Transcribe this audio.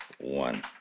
one